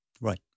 Right